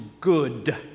good